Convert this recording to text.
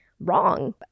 Wrong